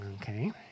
Okay